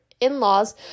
in-laws